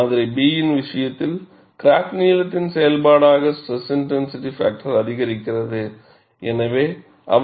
மாதிரி B இன் விஷயத்தில் கிராக் நீளத்தின் செயல்பாடாக ஸ்ட்ரெஸ் இன்டென்சிட்டி பாக்டர் அதிகரிக்கிறது